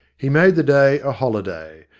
he made the day a holiday.